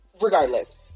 regardless